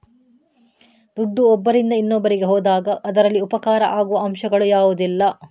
ದುಡ್ಡು ಒಬ್ಬರಿಂದ ಇನ್ನೊಬ್ಬರಿಗೆ ಹೋದಾಗ ಅದರಲ್ಲಿ ಉಪಕಾರ ಆಗುವ ಅಂಶಗಳು ಯಾವುದೆಲ್ಲ?